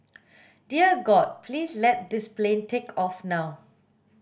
dear God please let this plane take off now